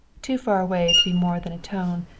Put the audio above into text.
too far away to be more than a tone,